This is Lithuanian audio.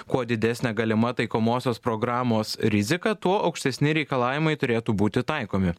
kuo didesnė galima taikomosios programos rizika tuo aukštesni reikalavimai turėtų būti taikomi